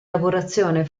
lavorazione